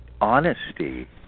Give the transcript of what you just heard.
honesty